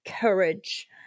courage